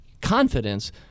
confidence